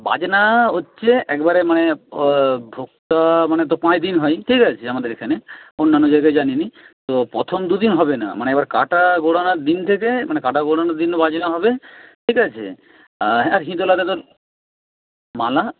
বাজনা হচ্ছে একবারে মানে ভোক্তা মানে তো পাঁচ দিন হয় ঠিক আছে আমাদের এখানে অন্যান্য জায়গায় জানি না তো প্রথম দুদিন হবে না মানে ওর কাঁটা ঘোরানোর দিন থেকে মানে কাঁটা ঘোরানোর দিনও বাজনা হবে ঠিক আছে মালা